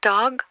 Dog